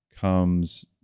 comes